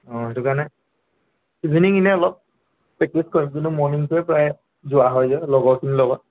অঁ সেইটো কাৰণে ইভিনিং এনেই অলপ প্ৰেক্টিছ কৰিম কিন্তু মৰ্ণিংটোৱে প্ৰায় যোৱা হয় যে লগৰখিনিৰ লগত